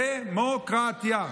דמוקרטיה.